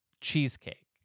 cheesecake